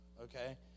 okay